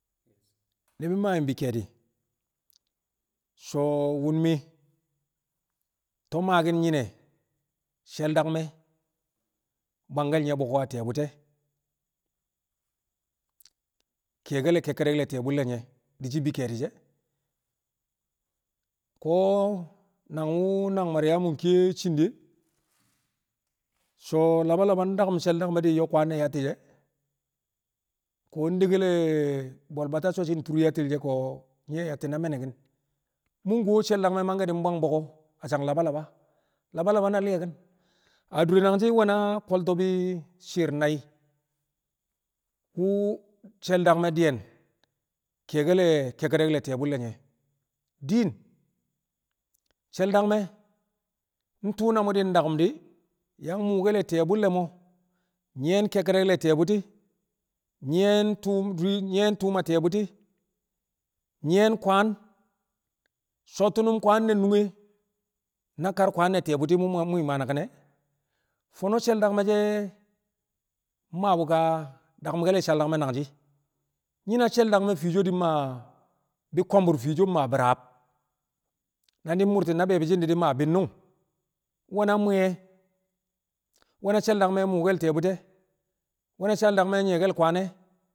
Ni̱bi̱ di̱ maa yu̱m bi ke̱e̱di̱, so̱ wo̱m mi̱ to̱b maaki̱n nyine shel dangme̱ bwangke̱l nye̱ boko a tɪye̱ bu̱ti̱ e̱ kiyekel kekkedek le ti̱ye̱ bu̱lle̱ nye̱?, di̱ shi̱ bi ke̱e̱di̱ she̱. Ko̱ nangwu̱ nang Maryamu nkiye cindi e̱, so̱ laba laba ndaku̱m she̱l dangme̱ nyo̱k yatti̱ she̱, ko̱ ndekkel bo̱l batta so̱ shi̱ tur yatti̱l she̱ ko̱ nye̱ yatti̱ na me̱ne̱ki̱n mu̱ kuwo she̱l dangme̱ mangke̱ di̱ bwang boko a sang laba laba, Laba laba na li̱ye̱ki̱n. A dure nangshi̱ we̱na bi ko̱lto̱ bi shi̱i̱r nai̱ wu̱ she̱l dangme̱ diyen kiyen le̱ kekkedek le̱ ti̱ye̱ bu̱lle̱ nye̱. Din she̱l dangme̱ ntu̱u̱ na mu̱ di̱ ka daku̱m di̱ yang muukel ti̱ƴe̱ bulle̱ mo̱, nyi̱ƴe̱n kekkedek le̱ ti̱ye̱ bu̱ti̱, nyi̱ƴe̱n tu̱u̱m, rii nyi̱ƴe̱n tu̱u̱m a ti̱ƴe̱ bu̱ti̱, nyi̱ye̱n kwaan, sottunum kwaan ne̱ nunge̱, na kar kwaan ne̱ ti̱ye̱ bu̱ti̱ mu̱ wu̱ mu̱ yang mwịi̱ maa naki̱n ne̱. Fono she̱l dangme̱ she̱ maa ka daku̱mke̱l, she̱l dangme̱ nangshi̱ nyi̱ na she̱l dangme̱ fiiso di̱ maa bi ko̱mbu̱r, fiiso mmaa bi̱raab na di̱ mu̱rti̱n na be̱e̱bi̱ shi̱ di̱ maa bi̱nnu̱ng, we̱na mwi̱ye̱, we̱na she̱l dangme̱ muukel ti̱ye̱ bu̱ti̱ e̱, we̱na she̱l dangme̱ nyi̱ye̱ke̱l kwaan e̱.